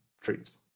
Trees